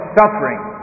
suffering